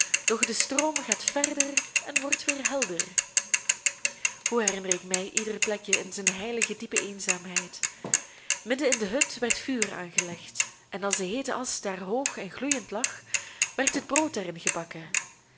doch de stroom gaat verder en wordt weer helder hoe herinner ik mij ieder plekje in zijn heilige diepe eenzaamheid midden in de hut werd vuur aangelegd en als de heete asch daar hoog en gloeiend lag werd het brood daarin gebakken